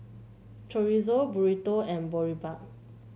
Chorizo Burrito and Boribap